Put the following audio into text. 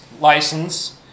license